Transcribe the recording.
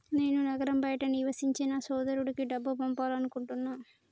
నేను నగరం బయట నివసించే నా సోదరుడికి డబ్బు పంపాలనుకుంటున్నా